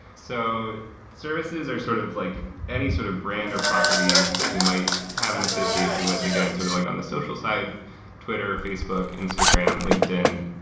so services are sort of like any sort of brand of property that you might have an association with. again, sort of like on the social side twitter, facebook, instagram, linkedin.